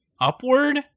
upward